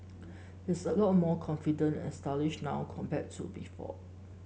he's a lot more confident and stylish now compared to before